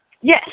Yes